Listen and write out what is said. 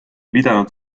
pidanud